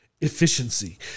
efficiency